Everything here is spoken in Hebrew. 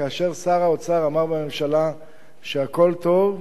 כאשר שר האוצר אמר בממשלה שהכול טוב,